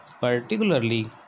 particularly